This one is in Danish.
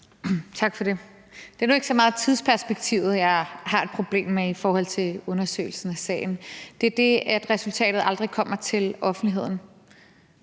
Tak for det. Det er nu ikke så meget tidsperspektivet, jeg har et problem med i forhold til undersøgelsen af sagen. Det er det, at resultatet aldrig kommer frem i offentligheden.